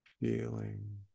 feeling